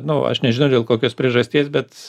nu aš nežinau dėl kokios priežasties bet